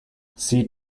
seat